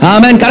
Amen